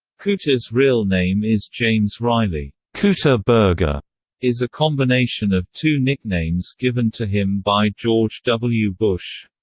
cooter's real name is james riley cooter burger is a combination of two nicknames given to him by george w. bush.